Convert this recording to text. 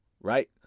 right